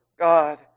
God